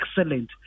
excellent